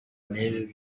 n’ibi